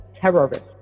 terrorists